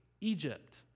Egypt